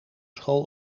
school